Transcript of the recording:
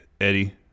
Eddie